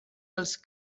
els